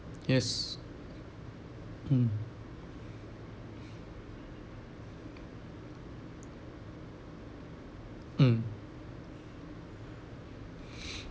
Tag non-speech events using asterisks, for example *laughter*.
yes mm mm *noise*